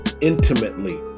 intimately